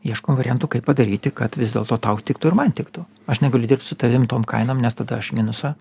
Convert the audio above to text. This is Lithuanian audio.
ieškom variantų kaip padaryti kad vis dėlto tau tiktų ir man tiktų aš negaliu dirbt su tavim tom kainom nes tada aš į minusą